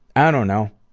i don't know,